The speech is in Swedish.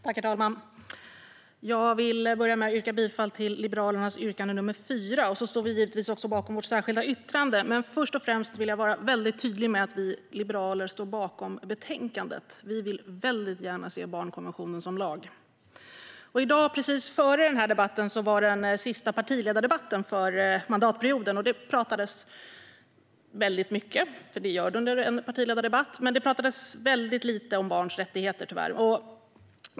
Herr talman! Jag vill börja med att yrka bifall till Liberalernas reservation nr 4. Vi står givetvis också bakom vårt särskilda yttrande. Men först och främst vill jag vara tydlig med att vi liberaler står bakom betänkandet. Vi vill väldigt gärna se barnkonventionen som lag. I dag, precis före den här debatten, hölls den sista partiledardebatten för denna mandatperiod. Det talades väldigt mycket, för det görs det under en partiledardebatt, men det talades tyvärr väldigt lite om barns rättigheter.